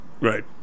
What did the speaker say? right